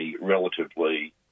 relatively